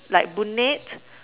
like brunette